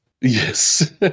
Yes